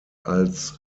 als